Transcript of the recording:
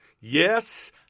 Yes